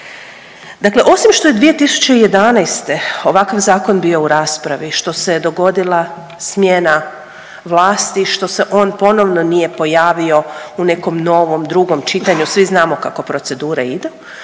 Dakle osim što je 2011. ovakav zakon bio u raspravi, što se je dogodila smjena vlasti, što se on ponovno nije pojavio u nekom novom, drugom čitanju, svi znamo kako procedura ide,